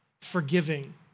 forgiving